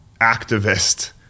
activist